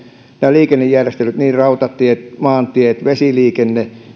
liikennejärjestelyt niin rautatiet maantiet vesiliikenne kuin